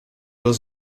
was